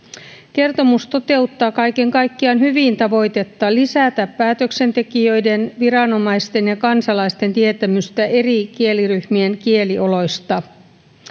kertomus toteuttaa kaiken kaikkiaan hyvin tavoitetta lisätä päätöksentekijöiden viranomaisten ja kansalaisten tietämystä eri kieliryhmien kielioloista